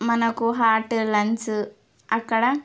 మనకు heart lungs అక్కడ